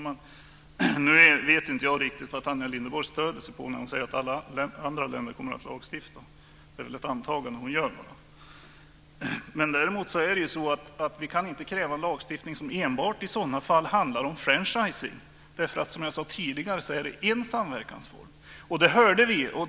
Fru talman! Nu vet jag inte riktigt vad Tanja Linderborg stöder sig på när hon säger att alla andra länder kommer att lagstifta. Det är väl ett antagande hon gör. Däremot kan vi inte kräva lagstiftning som i sådana fall enbart handlar om franchising. Som jag sade tidigare är det en samverkansform.